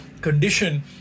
condition